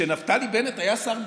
כשנפתלי בנט היה שר ביטחון,